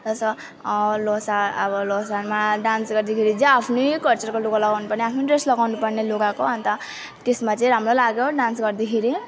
लोसर लोसार अब लोसारमा डान्स गर्दाखेरि जहाँ आफ्नै कल्चरको लुगा लगाउनु पर्ने आफ्नै ड्रेस लगाउनु पर्ने लुगाको अनि त त्यसमा चाहिँ राम्रो लाग्यो डान्स गर्दाखेरि